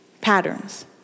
patterns